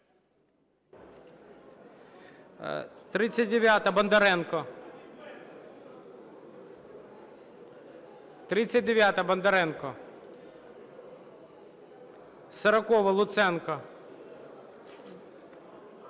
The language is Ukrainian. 39-а, Бондаренко. 40-а, Луценко.